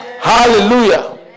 Hallelujah